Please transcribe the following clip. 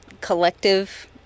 collective